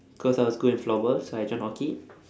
cause I was good in floorball so I join hockey